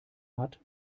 hat